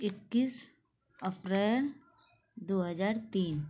इक्कीस अप्रैल दो हज़ार तीन